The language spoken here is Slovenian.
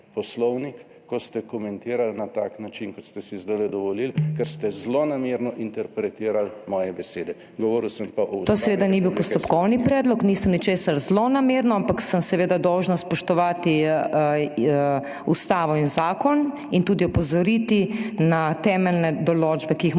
ko ste komentirali na tak način, kot ste si zdaj dovolili, ker ste zlonamerno interpretirali moje besede. **PODPREDSEDNICA MAG. MEIRA HOT:** To seveda ni bil postopkovni predlog, nisem ničesar zlonamerno, ampak sem seveda dolžna spoštovati Ustavo in zakon in tudi opozoriti na temeljne določbe, ki jih moramo